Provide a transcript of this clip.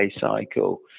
cycle